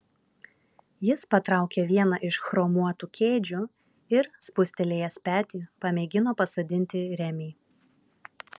jis patraukė vieną iš chromuotų kėdžių ir spustelėjęs petį pamėgino pasodinti remį